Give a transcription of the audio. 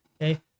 Okay